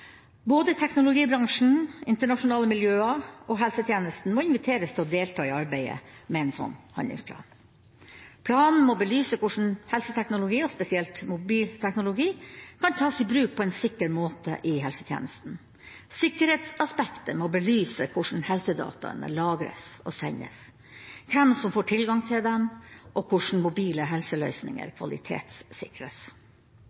Både teknologibransjen, internasjonale miljøer og helsetjenesten må inviteres til å delta i arbeidet med en slik handlingsplan. Planen må belyse hvordan helseteknologi, og spesielt mobilteknologi, kan tas i bruk på en sikker måte i helsetjenesten. Sikkerhetsaspektet må belyse hvordan helsedataene lagres og sendes, hvem som får tilgang til dem, og hvordan mobile helseløsninger